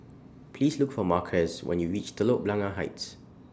Please Look For Marquez when YOU REACH Telok Blangah Heights